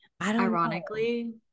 ironically